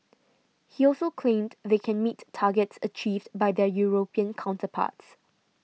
he also claimed they can meet targets achieved by their European counterparts